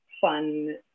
fun